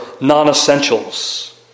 non-essentials